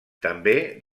també